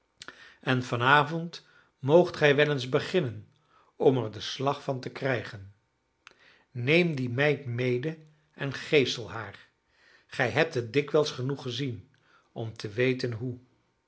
en van avond moogt gij wel eens beginnen om er den slag van te krijgen neem die meid mede en geesel haar gij hebt het dikwijls genoeg gezien om te weten hoe